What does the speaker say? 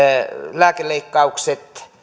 lääkeleikkaukset